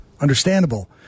understandable